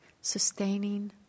sustaining